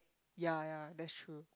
ya ya that's true